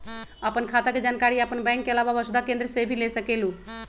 आपन खाता के जानकारी आपन बैंक के आलावा वसुधा केन्द्र से भी ले सकेलु?